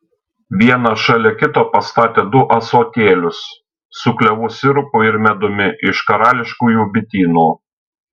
vieną šalia kito pastatė du ąsotėlius su klevų sirupu ir medumi iš karališkųjų bitynų